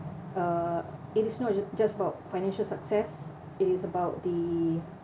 uh it is not ju~ just about financial success it is about the